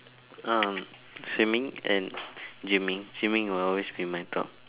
uh swimming and gymming gymming will always be my top